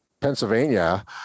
Pennsylvania